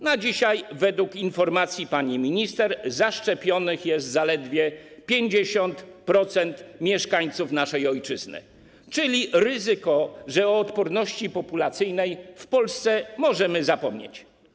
Na dzisiaj według informacji pani minister zaszczepionych jest zaledwie 50% mieszkańców naszej ojczyzny, czyli ryzyko, że o odporności populacyjnej w Polsce możemy zapomnieć.